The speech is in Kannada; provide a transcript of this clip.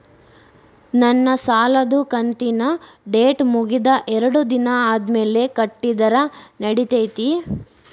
ನನ್ನ ಸಾಲದು ಕಂತಿನ ಡೇಟ್ ಮುಗಿದ ಎರಡು ದಿನ ಆದ್ಮೇಲೆ ಕಟ್ಟಿದರ ನಡಿತೈತಿ?